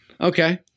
okay